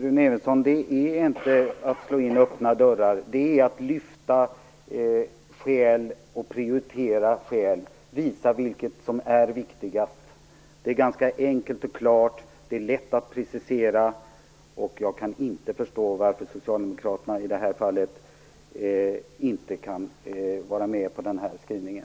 Fru talman! Det är inte att slå in öppna dörrar, Rune Evensson. Det är att lyfta fram skäl och prioritera, att visa vilket som är viktigast. Det är ganska enkelt och klart. Det är lätt att precisera. Jag kan inte förstå varför socialdemokraterna i det här fallet inte kan vara med på den här skrivningen.